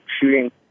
shooting